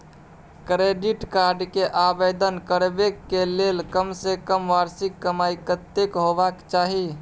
Credit card के आवेदन करबैक के लेल कम से कम वार्षिक कमाई कत्ते होबाक चाही?